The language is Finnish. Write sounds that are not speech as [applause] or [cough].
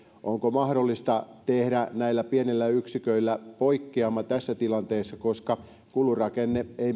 onko mahdollista tehdä näillä pienillä yksiköillä poikkeama tässä tilanteessa koska kulurakenne ei [unintelligible]